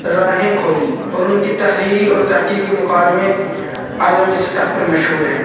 راہیں کھولیں اور ان کی تحریری اور تحقیقی مکالمے عالمی سطح پر مشہور ہیں